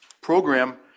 program